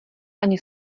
ani